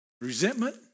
resentment